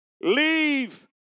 Leave